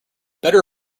better